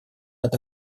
над